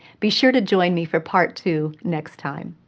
be sure to join me for part two next time.